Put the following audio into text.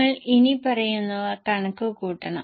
നിങ്ങൾ ഇനിപ്പറയുന്നവ കണക്ക് കൂട്ടണം